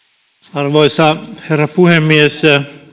arvoisa herra puhemies